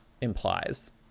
implies